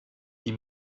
die